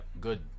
good